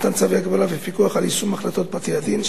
(מתן צווי הגבלה ופיקוח על יישום החלטות בתי-הדין),